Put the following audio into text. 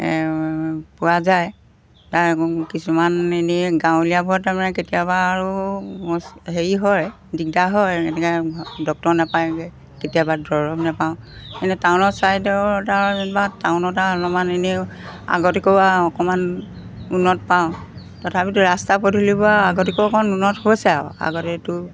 পোৱা যায় তাৰ কিছুমান এনেই গাঁৱলীয়াবোৰত তাৰমানে কেতিয়াবা আৰু হেৰি হয় দিগদাৰ হয় এনেকৈ ডক্তৰ নাপায়গৈ কেতিয়াবা দৰৱ নাপাওঁ এনে টাউনৰ ছাইডৰ বা টাউনতে অলপমান এনেই আগতকৈও অকণমান উন্নত পাওঁ তথাপিতো ৰাস্তা পদূলিবোৰ আগতেকৈও অকণ ঊনত হৈছে আৰু আগতেতো